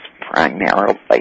primarily